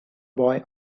boy